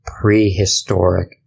prehistoric